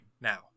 now